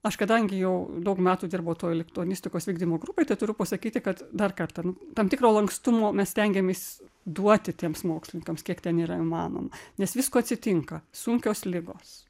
aš kadangi jau daug metų dirbau toj lituanistikos vykdymo grupėj tai turiu pasakyti kad dar kartą tam tikro lankstumo mes stengiamės duoti tiems mokslininkams kiek ten yra įmanoma nes visko atsitinka sunkios ligos